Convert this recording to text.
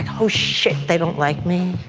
ah oh shit, they don't like me.